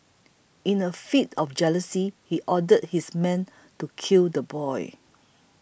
in a fit of jealousy he ordered his men to kill the boy